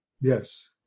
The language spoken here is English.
Yes